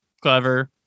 clever